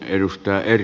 arvoisa puhemies